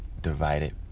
divided